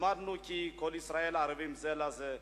למדנו כי כל ישראל ערבים זה לזה,